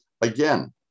Again